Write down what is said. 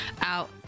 out